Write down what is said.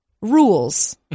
rules